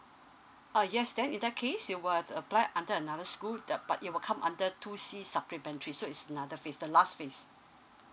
uh yes then in that case you were to apply under another school the but it will come under two C supplementary so is another phase the last phase